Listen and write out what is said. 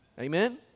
Amen